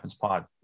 Pod